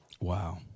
Wow